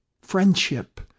friendship